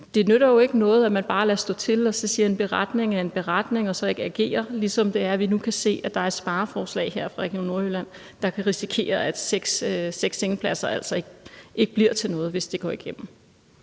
det nytter jo ikke noget, at man bare lader stå til og siger, at en beretning er en beretning, og så ikke agerer, og vi kan nu se, at der er et spareforslag her fra Region Nordjylland, der gør, at vi risikerer, at seks sengepladser altså ikke bliver til noget, hvis det går igennem.